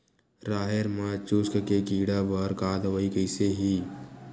राहेर म चुस्क के कीड़ा बर का दवाई कइसे ही?